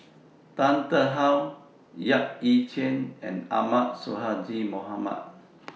Tan Tarn How Yap Ee Chian and Ahmad Sonhadji Mohamad